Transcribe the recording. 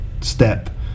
step